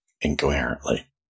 incoherently